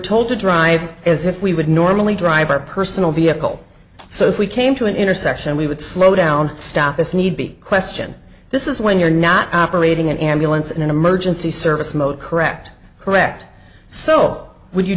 told to drive as if we would normally drive our personal vehicle so if we came to an intersection we would slow down stop if need be question this is when you're not operating an ambulance in an emergency service mode correct correct so w